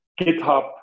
GitHub